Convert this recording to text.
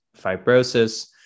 fibrosis